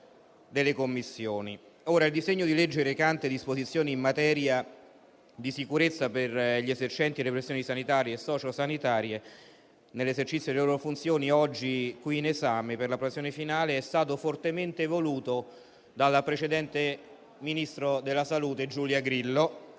delle Commissioni. Il disegno di legge, recante disposizioni in materia di sicurezza per gli esercenti le professioni sanitarie e socio-sanitarie nell'esercizio delle loro funzioni, oggi qui in esame per l'approvazione finale, è stato fortemente voluto dal precedente Ministro della salute, Giulia Grillo,